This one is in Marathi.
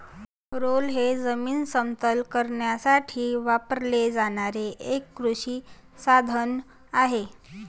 रोलर हे जमीन समतल करण्यासाठी वापरले जाणारे एक कृषी साधन आहे